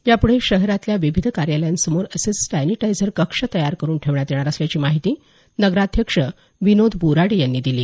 यापुढे शहरातल्या विविध कार्यालयासमोर असे सॅनीटायझर कक्ष तयार करून ठेवण्यात येणार असल्याची माहिती नगराध्यक्ष विनोद बोराडे यांनी दिली